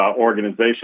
organization